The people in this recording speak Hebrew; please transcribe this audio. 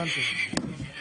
צהריים טובים.